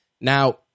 Now